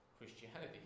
Christianity